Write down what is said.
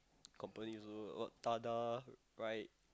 companies also what Tada ride